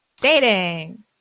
Dating